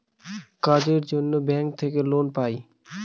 কাজের জন্য ব্যাঙ্ক থেকে লোন পাবো